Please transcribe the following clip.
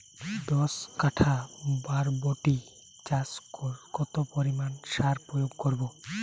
দশ কাঠা বরবটি চাষে কত পরিমাণ সার প্রয়োগ করব?